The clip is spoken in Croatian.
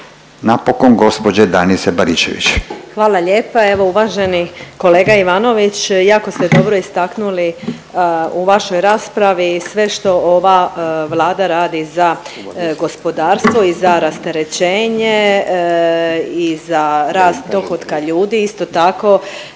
**Baričević, Danica (HDZ)** Hvala lijepa. Evo uvaženi kolega Ivanović jako ste dobro istaknuli u vašoj raspravi sve što ova Vlada radi za gospodarstvo i za rasterećenje i za rast dohotka ljudi. Isto tako